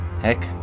Heck